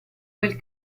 quel